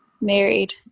married